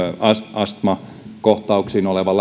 astmakohtauksiin olevaa